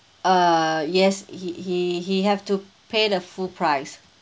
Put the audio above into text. uh yes he he he have to pay the full price